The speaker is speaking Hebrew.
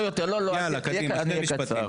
לא עברנו --- שרת החדשנות,